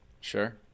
Sure